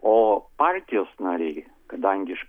o partijos nariai kadangi iš